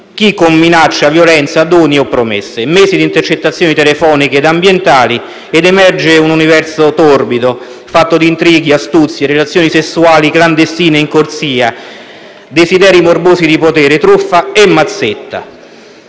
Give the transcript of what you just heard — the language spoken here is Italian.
violenza, minaccia o con doni e promesse. Dopo mesi di intercettazioni telefoniche e ambientali, emerge un universo torbido fatto di intrighi ed astuzie, di relazioni sessuali clandestine in corsia, di desideri morbosi di potere, di truffe e mazzette.